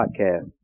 podcast